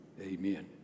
Amen